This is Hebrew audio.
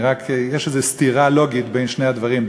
רק יש איזו סתירה לוגית בין שני הדברים,